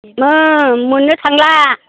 मोननो थांला